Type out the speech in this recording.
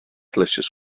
delicious